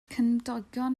cymdogion